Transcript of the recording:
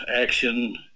action